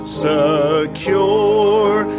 secure